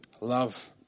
love